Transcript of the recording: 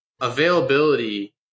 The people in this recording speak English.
availability